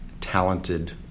talented